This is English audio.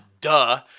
duh